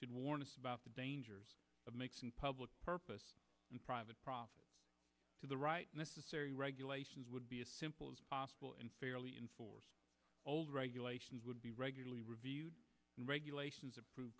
should warn us about the dangers of makes in public purpose and private profit to the right necessary regulations would be as simple as possible and fairly enforced old regulations would be regularly reviewed and regulations appro